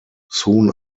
soon